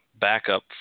Backup